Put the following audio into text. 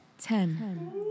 Ten